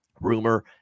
rumor